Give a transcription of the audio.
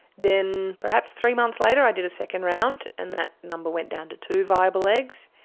then perhaps three months later i did a second round and that number went down to two viable eggs.